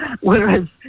whereas